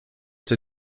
der